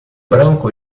branco